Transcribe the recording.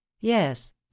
yes